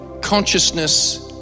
consciousness